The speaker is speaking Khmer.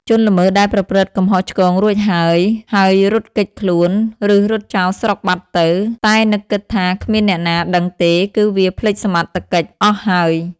ជនល្មើសដែលប្រព្រឹត្តកំហុសឆ្គងរួចហើយៗរត់គេចខ្លួន ឬរត់ចោលស្រុកបាត់ទៅ តែនឹកគិតថា គ្មានអ្នកណាដឹងទេ គឺវាភ្លេចសមត្ថកិច្ចអស់ហើយ ។